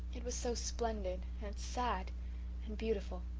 it was so splendid and sad and beautiful.